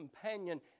companion